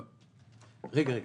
רגע,